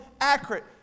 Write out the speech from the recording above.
accurate